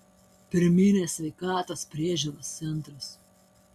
pirminės sveikatos priežiūros centras